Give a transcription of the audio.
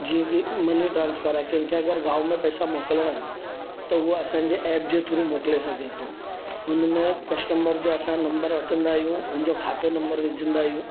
जीअं कि money transfer आहे कंहिंखे अगरि गांव में पैसा मोकिलिणा आहिनि त हूअ असांजे ऐप जे थ्रू मोकिले सघे थो हुन में कस्टमर जा असां नंबर वठंदा आहियूं हुनजो खातो नंबर विझंदा आहियूं